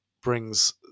brings